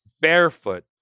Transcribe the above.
barefoot